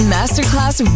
Masterclass